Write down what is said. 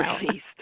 released